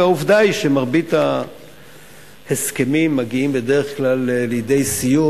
והעובדה היא שמרבית ההסכמים מגיעים בדרך כלל לידי סיום